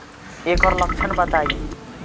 एकर लक्षण बताई?